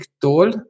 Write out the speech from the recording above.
tool